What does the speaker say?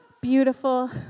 Beautiful